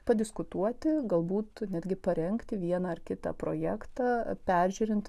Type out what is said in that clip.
padiskutuoti galbūt netgi parengti vieną ar kitą projektą peržiūrint